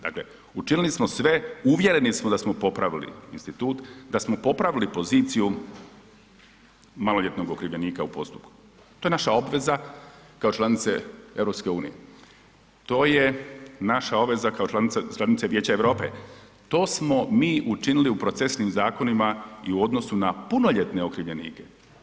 Dakle, učinili smo sve, uvjereni smo da smo popravili institut, da smo popravili poziciju maloljetnog okrivljenika u postupku, to je naša obveza kao članice EU-a, to je naša obveza kao članica Vijeća Europe, to smo mi učinili u procesnim zakonima i u odnosu na punoljetne okrivljenike.